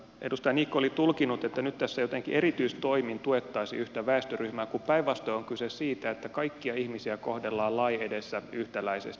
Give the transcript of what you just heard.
edustaja niikko oli tulkinnut että nyt tässä jotenkin erityistoimin tuettaisiin yhtä väestöryhmää kun päinvastoin on kyse siitä että kaikkia ihmisiä kohdellaan lain edessä yhtäläisesti